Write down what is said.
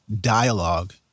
dialogue